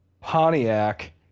Pontiac